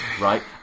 right